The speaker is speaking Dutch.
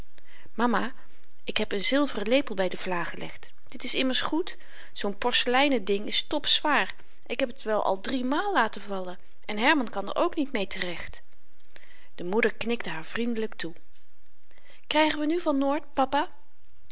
mama ik heb n zilveren lepel by de vlâ gelegd dit is immers goed zoo'n porseleinen ding is topzwaar ik heb t wel al driemaal laten vallen en herman kan er ook niet mee terecht de moeder knikte haar vriendelyk toe krygen we nu van noort papa